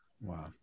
Wow